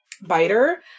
Biter